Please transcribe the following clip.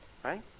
Right